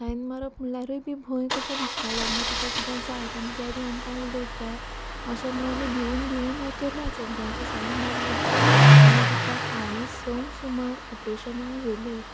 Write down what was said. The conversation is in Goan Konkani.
सायन मारप म्हणल्यारूय बी भंय कसो दिसतालो मागीर तिका कितें जायत आनी डॅडी आमकां उलयत काय अशें म्हूण आमी भिवून भिवून हें केलेंच एकदांची सायन मारली आनी तिका पावणे संक सुमार ऑपरेशनाक व्हेली